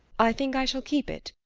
i think i shall keep it.